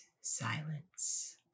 silence